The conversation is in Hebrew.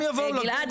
אבל גלעד,